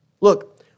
Look